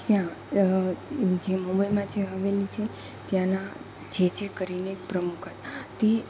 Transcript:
ત્યાં જે મુંબઇમાં જે હવેલી છે ત્યાંનાં જેજે કરીને એક પ્રમુખ હતા તે